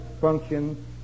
function